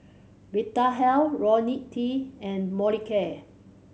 Vitahealth Ronil T and Molicare